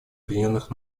объединенных